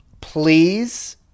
please